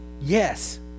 Yes